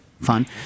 Fun